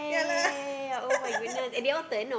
yeah lah